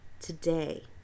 today